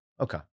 Okay